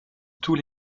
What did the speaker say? tous